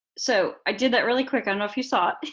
so i did that really quick, i don't know if you saw it.